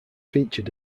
featured